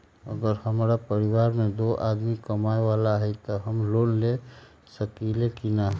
अगर हमरा परिवार में दो आदमी कमाये वाला है त हम लोन ले सकेली की न?